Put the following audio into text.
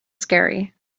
scary